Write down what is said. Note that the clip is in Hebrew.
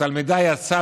התלמידה יצאה,